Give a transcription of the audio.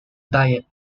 diet